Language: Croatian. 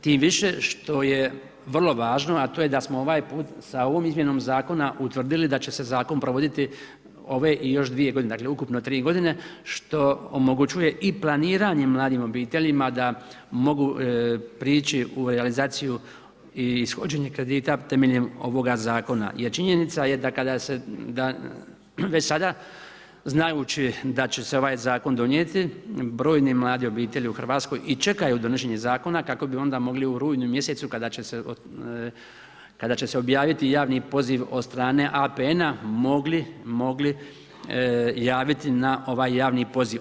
Tim više što je vrlo važno, a to je da smo ovaj put, sa ovom izmjenom zakona, utvrdili da će se zakon provoditi ove i još dvije godine, dakle ukupno tri godine što omogućuje i planiranje mladim obiteljima da mogu prići u realizaciju i ishođenje kredita temeljem ovoga zakona jer činjenica je da kada se već sada znajući da će se ovaj zakon donijeti, brojne mlade obitelji u Hrvatskoj i čekaju donošenje zakona kako bi onda mogli u rujnu mjesecu kada će se objaviti javni poziv od strane APN-a mogli javiti na ovaj javni poziv.